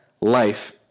life